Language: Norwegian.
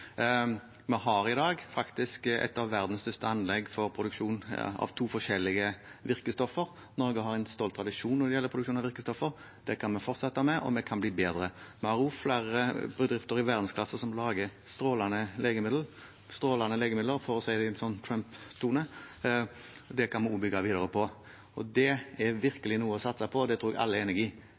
Vi har i dag et av verdens største anlegg for produksjon av to forskjellige virkestoffer. Norge har en stolt tradisjon når det gjelder produksjon av virkestoffer. Det kan vi fortsette med, og vi kan bli bedre. Vi har også flere bedrifter i verdensklasse som lager strålende legemidler – for å si det i en sånn Trump-tone. Det kan vi også bygge videre på. Det er virkelig noe å satse på, og det tror jeg alle er enig i.